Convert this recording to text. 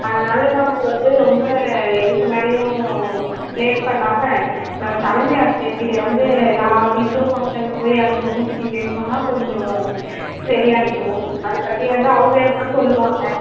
அதனால நம்ம வந்து ரொம்ப இதுக்கு மேலேயும் லேட் பண்ணாமல் நாம் தலைமை ஆசிரியர் கிட்டே வந்து எல்லா டீச்சரும் மொத்தமாக போய் அந்த பொண்ணை பற்றி பேசுனோம்னால் கொஞ்சம் சரியாகிடும் அதை பற்றி வந்து அவங்க ஏதாவது சொல்லுவாங்க